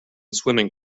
swimming